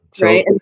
right